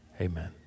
Amen